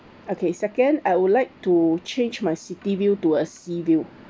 okay second I would like to change my city view to a sea view